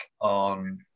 on